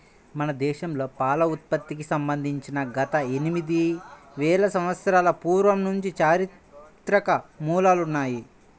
మన దేశంలో పాల ఉత్పత్తికి సంబంధించి గత ఎనిమిది వేల సంవత్సరాల పూర్వం నుంచి చారిత్రక మూలాలు ఉన్నాయి